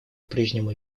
прежнему